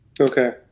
Okay